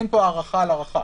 אין פה הארכה על הארכה.